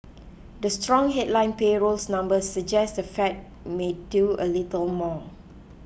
the strong headline payrolls numbers suggest the Fed may do a little more